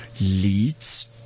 Leads